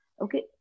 Okay